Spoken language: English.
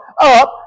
up